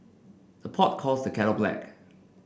the pot calls the kettle black